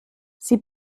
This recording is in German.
sie